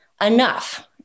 enough